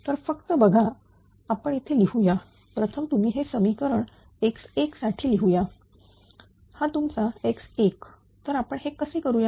तर फक्त बघा आपण इथे लिहूया प्रथम तुम्ही हे समीकरण x1 साठी लिहूया हा तुमचा x1 तर आपण हे कसे करूया